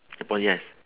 oh yes